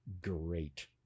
great